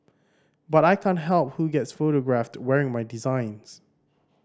but I can't help who gets photographed wearing my designs